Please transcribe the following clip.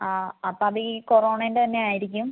അ അപ്പോൾ അത് ഈ കൊറോണൻ്റെ തന്നെ ആയിരിക്കും